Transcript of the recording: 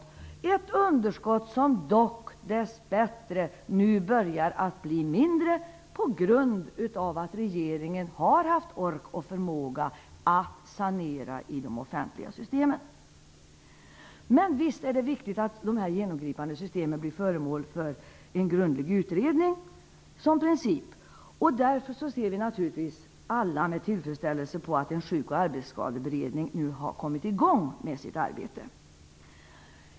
Jag vill erinra om det, herr talman. Detta underskott börjar nu dess bättre att bli mindre på grund av att regeringen har haft ork och förmåga att sanera i de offentliga systemen. Men visst är det viktigt att de här genomgripande systemen blir föremål för en grundlig utredning. Därför ser vi alla med tillfredsställelse på att en sjuk och arbetsskadeberedning nu har kommit i gång med sitt arbete.